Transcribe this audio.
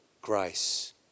grace